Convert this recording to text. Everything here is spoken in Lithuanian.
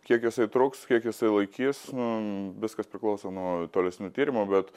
kiek jisai truks kiek jisai laikys nu viskas priklauso nuo tolesnių tyrimų bet